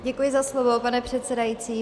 Děkuji za slovo, pane předsedající.